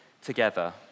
together